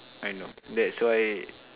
I know that's why